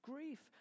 Grief